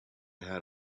had